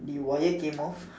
the wire came off